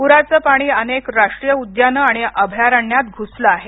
पुराचं पाणी अनेक राष्ट्रीय उद्याने आणि अभयारण्यात घुसल आहे